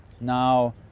Now